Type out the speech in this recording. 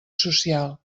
social